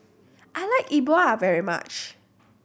I like Yi Bua very much